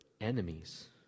enemies